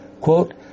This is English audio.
quote